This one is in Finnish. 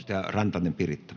[Speech